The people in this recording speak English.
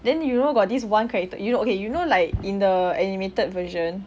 then you know got this one character you know okay you know like in the animated version